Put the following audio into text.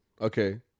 okay